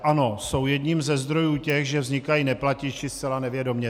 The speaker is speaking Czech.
Ano, jsou jedním ze zdrojů, kdy vznikají neplatiči zcela nevědomě.